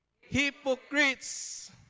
Hypocrites